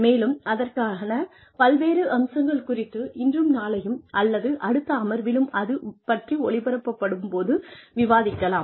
மேலும் அதற்கான பல்வேறு அம்சங்கள் குறித்து இன்றும் நாளையும் அல்லது அடுத்த அமர்விலும் அது பற்றி ஒளிபரப்பப்படும் போது விவாதிக்கலாம்